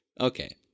Okay